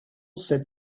said